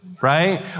Right